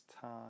time